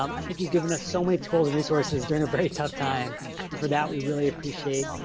um i think you've given us so many tools, resources during a very tough time and for that we really appreciate,